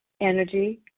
energy